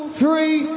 three